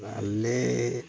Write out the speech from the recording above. ᱟᱞᱮ